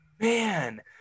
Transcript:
Man